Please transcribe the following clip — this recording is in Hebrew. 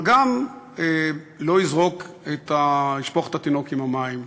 אבל גם לא לשפוך את התינוק עם המים,